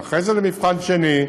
ואחרי זה למבחן שני,